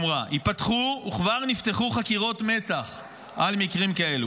ייפתחו, וכבר נפתחו, חקירות מצ"ח על מקרים כאלה.